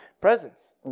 presents